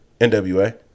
NWA